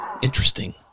Interesting